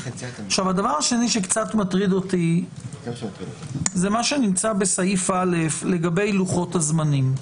הדבר השני שקצת מטריד אותי כן זה מה שנמצא בסעיף (א) לגבי לוחות הזמנים.